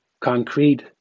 concrete